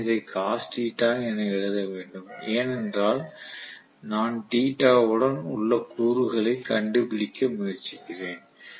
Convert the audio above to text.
நான் இதை என எழுத வேண்டும் ஏனென்றால் நான் θ உடன் உள்ள கூறுகளைக் கண்டுபிடிக்க முயற்சிக்கிறேன்